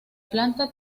planta